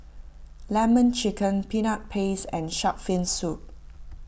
Lemon Chicken Peanut Paste and Shark's Fin Soup